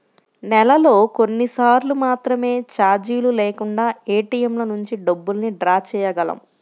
నెలలో కొన్నిసార్లు మాత్రమే చార్జీలు లేకుండా ఏటీఎంల నుంచి డబ్బుల్ని డ్రా చేయగలం